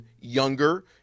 younger